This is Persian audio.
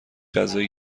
غذای